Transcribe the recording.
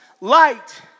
Light